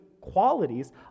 qualities